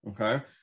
Okay